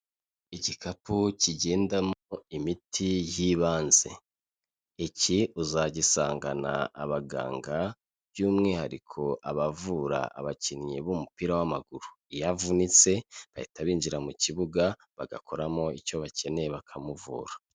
Igikapu kigendamo imiti y'ibanze. Iki uzagisangana abaganga, by'umwihariko abavura abakinnyi b'umupira w'amaguru. Iyo avunitse bahita binjira mu kibuga, bagakoramo icyo bakeneye, bakamuvura.